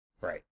Right